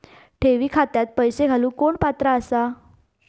ठेवी खात्यात पैसे घालूक कोण पात्र आसा?